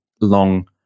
long